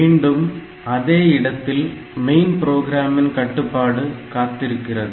மீண்டும் அதே இடத்தில் மெயின் புரோகிராமின் கட்டுப்பாடு காத்திருக்கிறது